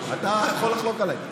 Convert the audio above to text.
אתה יכול לחלוק עליי.